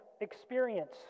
experience